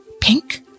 pink